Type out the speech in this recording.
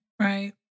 right